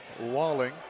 Walling